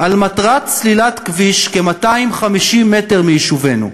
על מטרת סלילת כביש כ-250 מטר מיישובינו,